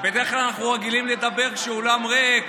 בדרך כלל אנחנו רגילים לדבר כשהאולם ריק,